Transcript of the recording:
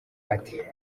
ate